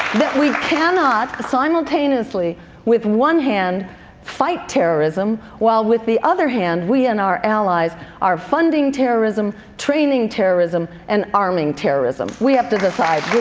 that we cannot simultaneously with one hand fight terrorism, while with the other hand we and our allies are funding terrorism, training terrorism, and arming terrorism. we have to decide,